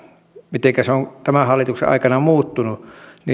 mitenkä se on tämän hallituksen aikana muuttunut niin